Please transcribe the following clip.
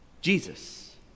Jesus